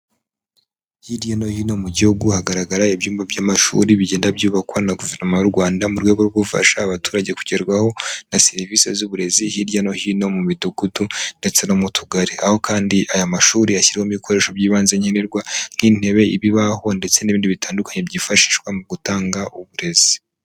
Hirya no hino mu gihugu, hagaragara ibyumba by'amashuri bigenda byubakwa na guverinoma y'u Rwanda, mu rwego rwo gufasha abaturage kugerwaho na serivisi z'uburezi, hirya no hino mu midugudu ndetse no mu tugari, aho kandi aya mashuri ashyirwamo ibikoresho by'ibanze nkenerwa nk'intebe, ibibaho ndetse n'ibindi bitandukanye byifashishwa mu gutanga uburezi.